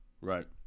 Right